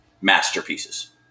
masterpieces